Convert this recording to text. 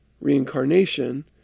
reincarnation